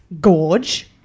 gorge